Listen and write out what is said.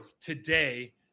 today